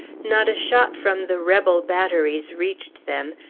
not a shot from the rebel batteries reached them,